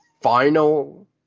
final